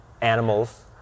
animals